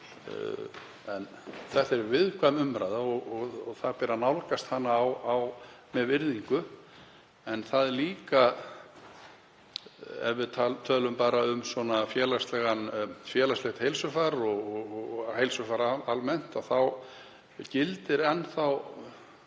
En þetta er viðkvæm umræða og ber að nálgast hana af virðingu. En ef við tölum um félagslegt heilsufar og heilsufar almennt þá gildir enn þá